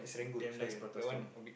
damn nice prata stall